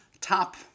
top